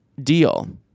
deal